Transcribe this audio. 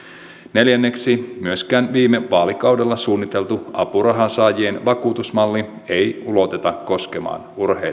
neljänneksi myöskään viime vaalikaudella suunniteltua apurahansaajien vakuutusmallia ei uloteta koskemaan urheilijoita